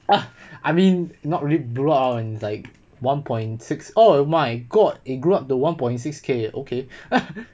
ah I mean not really blow up and like one point six oh my god it grew up to one point six K okay